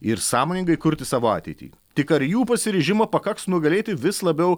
ir sąmoningai kurti savo ateitį tik ar jų pasiryžimo pakaks nugalėti vis labiau